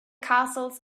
castles